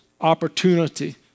opportunity